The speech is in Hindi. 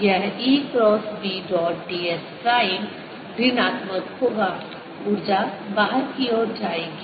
यह E cross B dot ds prime ऋणात्मक होगा ऊर्जा बाहर की ओर जाएगी